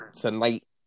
tonight